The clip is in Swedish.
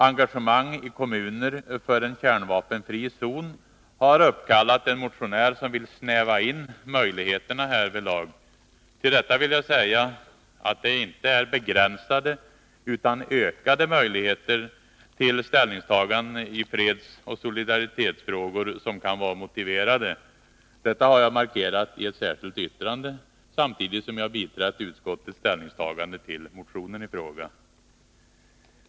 Engagemang i kommuner för en kärnvapenfri zon har uppkallat en motionär som vill snäva in möjligheterna härvidlag. Till detta vill jag säga att det inte är begränsade utan ökade möjligheter till ställningstaganden i fredsoch solidaritetsfrågor som kan vara motiverade. Detta har jag markerat i ett särskilt yttrande, samtidigt som jag biträtt utskottets ställningstagande till motionen i fråga.